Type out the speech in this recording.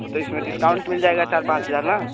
तो तो इसमें डिस्काउंट मिल जाएगा चार पाँच हज़ार ना